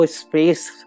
space